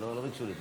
חבריי חברי הכנסת,